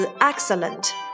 excellent